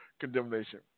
condemnation